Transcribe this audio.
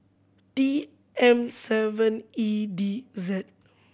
T M seven E D Z